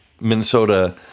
Minnesota